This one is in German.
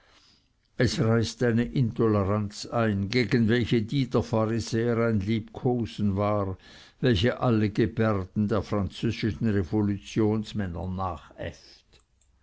es reißt eine intoleranz ein gegen welche die der pharisäer ein liebkosen war welche alle gebärden der französischen revolutionsmänner nachäfft